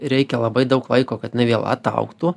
reikia labai daug laiko kad jinai vėl ataugtų